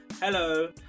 Hello